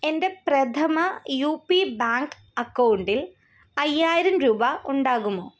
എൻ്റെ Prathama U P bank അക്കൗണ്ടിൽ അയ്യായിരം രൂപ ഉണ്ടാകുമോ